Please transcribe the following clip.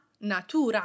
natura